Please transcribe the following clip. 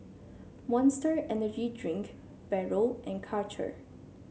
Monster Energy Drink Barrel and Karcher